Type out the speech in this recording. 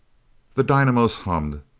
the dynamos hummed.